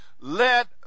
Let